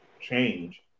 change